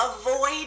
avoid